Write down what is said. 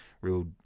real